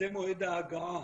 זה מועד ההגעה,